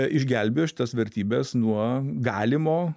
išgelbėjo šitas vertybes nuo galimo